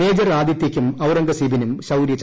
major ആദിത്യയ്ക്കും ഔറംഗസീബിനും ശൌര്യചക്ര